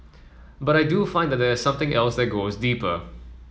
but I do find that there is something else that goes deeper